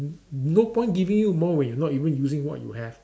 no point giving you more when you are not even using what you have